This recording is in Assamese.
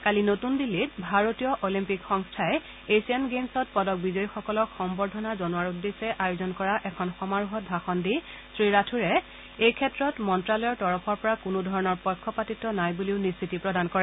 কালি নতুন দিল্লীত ভাৰতীয় অলিম্পিক সংস্থাই এছিয়ান গেম্ছত পদক বিজয়ীসকলক সম্বৰ্ধনা জনোৱাৰ উদ্দেশ্যে আয়োজন কৰা এখন সমাৰোহত ভাষণ দি শ্ৰীৰাথোড়ে এই ক্ষেত্ৰত মন্ত্ৰ্যালয়ৰ তৰফৰ পৰা কোনোধৰণৰ পক্ষপাতিত্ব নাই বুলিও নিশ্চিতি প্ৰদান কৰে